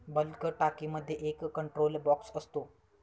bulk टाकीमध्ये एक control box असतो